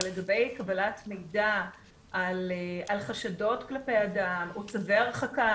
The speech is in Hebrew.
אבל לגבי קבלת מידע על חשדות כלפי אדם או צווי הרחקה